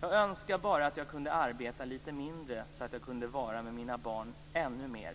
Jag önskar bara att jag kunde arbeta lite mindre så att jag kunde vara med mina barn ännu mer."